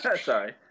Sorry